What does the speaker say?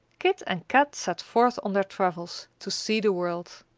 kit and kat set forth on their travels, to see the world.